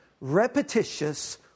repetitious